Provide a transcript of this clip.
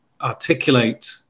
articulate